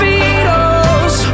Beatles